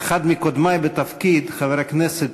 אחד מקודמי בתפקיד, חבר הכנסת,